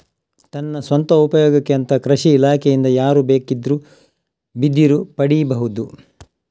ತನ್ನ ಸ್ವಂತ ಉಪಯೋಗಕ್ಕೆ ಅಂತ ಕೃಷಿ ಇಲಾಖೆಯಿಂದ ಯಾರು ಬೇಕಿದ್ರೂ ಬಿದಿರು ಪಡೀಬಹುದು